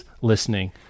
listening